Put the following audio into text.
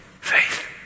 faith